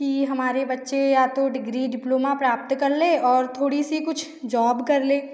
कि हमारे बच्चे या तो डिग्री डिप्लोमा प्राप्त कल लें और थोड़ी सी कुछ जॉब कर लें